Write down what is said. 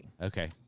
Okay